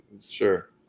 Sure